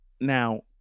Now